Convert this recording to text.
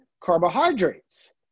carbohydrates